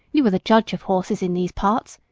you are the judge of horses in these parts,